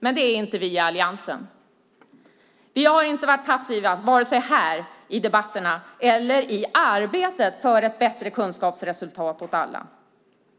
Men det är inte vi i Alliansen. Vi har inte varit passiva vare sig i debatterna här eller i arbetet för ett bättre kunskapsresultat åt alla.